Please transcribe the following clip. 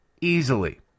easily